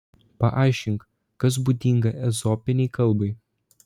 paaiškink kas būdinga ezopinei kalbai